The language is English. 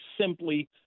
simply